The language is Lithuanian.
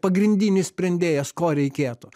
ir pagrindinis sprendėjas ko reikėtų